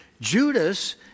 Judas